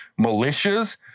militias